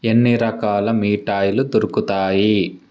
ఎన్ని రకాల మిఠాయిలు దొరుకుతాయి